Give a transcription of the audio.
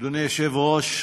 אדוני היושב-ראש,